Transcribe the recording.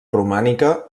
romànica